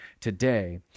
today